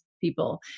people